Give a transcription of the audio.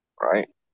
right